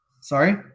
Sorry